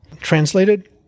translated